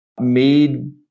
made